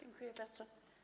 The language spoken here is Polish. Dziękuję bardzo.